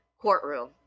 courtroom